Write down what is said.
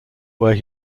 where